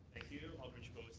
thank you. alderman chabot,